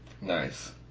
Nice